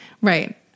Right